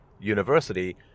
university